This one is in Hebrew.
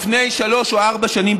לפני שלוש או ארבע שנים,